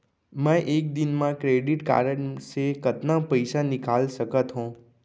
मैं एक दिन म क्रेडिट कारड से कतना पइसा निकाल सकत हो?